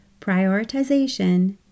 prioritization